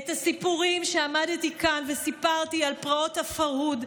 את הסיפורים שעמדתי כאן וסיפרתי על פרעות הפרהוד,